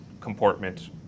comportment